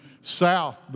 south